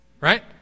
Right